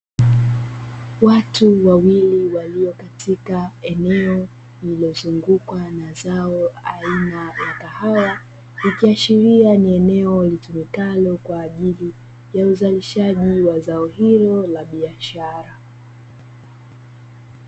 Watu wawili walio katika eneo lililozungukwa na zao aina ya kahawa. Ikiashiria ni eneo litumikalo kwa ajili ya uzalishaji wa zao hilo la biashara.